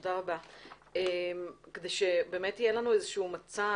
כדי שיהיה לנו מצע